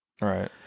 Right